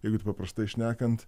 jeigu taip paprastai šnekant